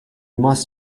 must